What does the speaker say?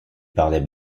parlait